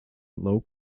low